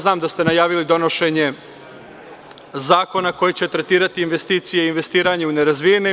Znam da ste najavili donošenje zakona koji će tretirati investicije i investiranje u nerazvijene.